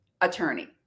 attorney